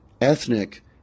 ethnic